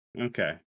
Okay